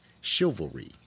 chivalry